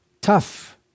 tough